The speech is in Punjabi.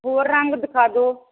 ਉਹ ਰੰਗ ਦਿਖਾ ਦਿਓ